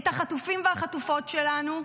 את החטופים והחטופות שלנו.